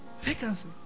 Vacancy